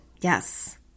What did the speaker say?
Yes